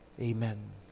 Amen